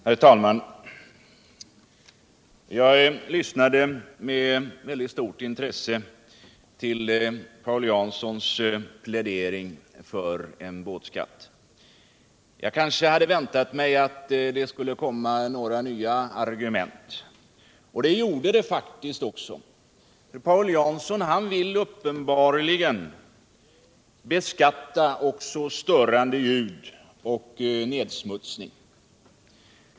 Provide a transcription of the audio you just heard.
Herr talman! Jag lyssnade med stort intresse ull Paut fanssons plädering för en båtskatt. Jag kanske hade väntat mig att det skulle framföras nägra nya argument. Och det gjordes det faktiskt också! Paul Junsson vill uppenbarligen beskatta också störande ljud och nedsmutsning.